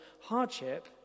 hardship